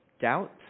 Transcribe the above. doubt